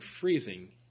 freezing